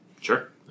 sure